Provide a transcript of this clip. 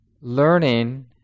learning